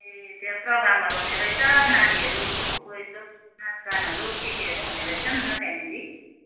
ए त्यहाँ प्रोग्रामहरू हुने रहेछ नानीहरूको यसो नाचगानहरू के केहरू हुने रहेछ नि त त्यहाँनिर